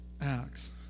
acts